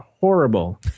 horrible